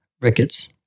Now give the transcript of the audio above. rickets